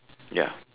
ya